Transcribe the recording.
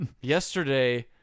Yesterday